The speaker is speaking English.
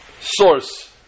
source